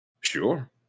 Sure